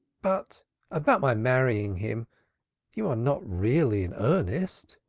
but about my marrying him you are not really in earnest?